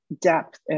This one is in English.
depth